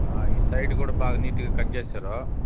ఈ సైడ్ కూడా బాగ్ నీట్గా కట్ చేశారు